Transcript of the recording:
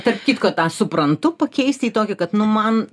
tarp kitko tą suprantu pakeisti į tokį kad nu man